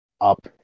up